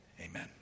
Amen